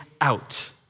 out